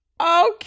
Okay